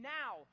now